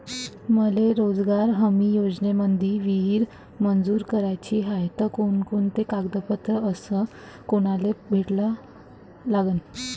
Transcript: मले रोजगार हमी योजनेमंदी विहीर मंजूर कराची हाये त कोनकोनते कागदपत्र अस कोनाले भेटा लागन?